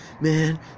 man